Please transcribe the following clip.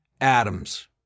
Adams